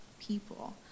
people